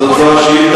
זאת לא השאילתא,